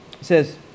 says